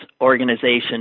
organization